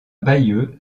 bayeux